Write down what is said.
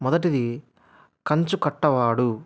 మొదటిది కంచు కట్టవాడు